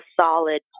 solid